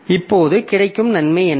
இப்போது கிடைக்கும் நன்மை என்ன